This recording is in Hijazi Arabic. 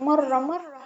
مرة مرة حلوة.